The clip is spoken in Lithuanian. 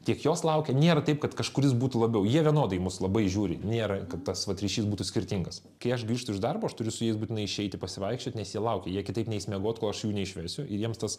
tiek jos laukia nėra taip kad kažkuris būtų labiau jie vienodai į mus labai žiūri nėra kad tas vat ryšys būtų skirtingas kai aš grįžtu iš darbo aš turiu su jais būtinai išeiti pasivaikščiot nes jie laukia jie kitaip neis miegot kol aš jų neišversiu ir jiems tas